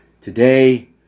today